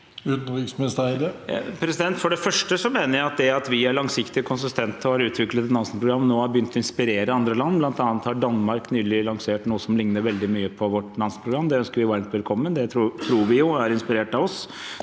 Utenriksminister Espen Barth Eide For det første mener jeg at det at vi er langsiktige og konsistente og har utviklet Nansen-programmet, nå har begynt å inspirere andre land. Blant annet har Danmark nylig lansert noe som ligner veldig mye på vårt Nansenprogram. Det ønsker vi varmt velkommen. Det tror vi er inspirert av oss.